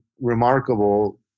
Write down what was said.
remarkable